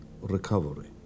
recovery